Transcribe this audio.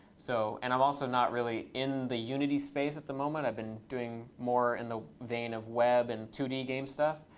so and i'm also not really in the unity space at the moment. i've been doing more in the vein of web and two d game stuff.